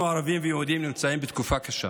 אנחנו, הערבים והיהודים, נמצאים בתקופה קשה